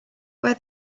wear